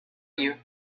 you